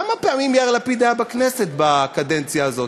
כמה פעמים היה יאיר לפיד בכנסת בקדנציה הזאת?